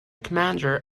commander